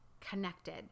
connected